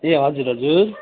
ए हजुर हजुर